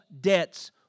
debts